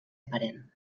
aparent